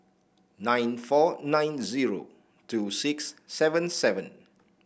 nine four nine zero two six seven seven